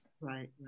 right